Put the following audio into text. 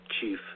chief